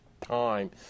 time